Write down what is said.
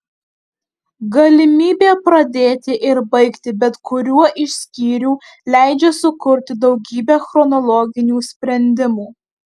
galimybė pradėti ir baigti bet kuriuo iš skyrių leidžia sukurti daugybę chronologinių sprendimų